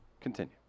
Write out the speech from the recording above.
continue